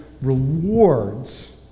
rewards